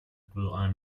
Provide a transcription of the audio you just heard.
rührei